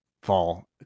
fall